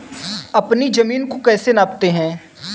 अपनी जमीन को कैसे नापते हैं?